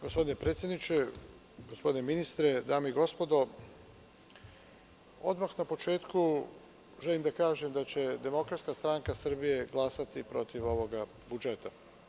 Gospodine predsedniče, gospodine ministre, dame i gospodo, odmah na početku želim da kažem da će DSS glasati protiv ovog budžeta.